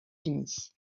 unis